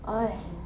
oh